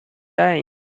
time